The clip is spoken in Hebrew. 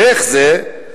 ואיך זה?